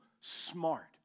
smart